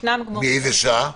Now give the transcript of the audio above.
מאיזה שעה?